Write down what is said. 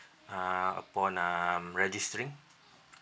uh upon um registering